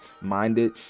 minded